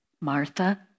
Martha